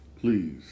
please